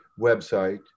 website